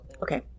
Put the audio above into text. Okay